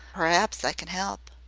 p'raps i can elp.